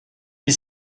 gli